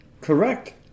Correct